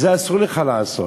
את זה אסור לך לעשות.